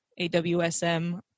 AWSM